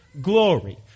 glory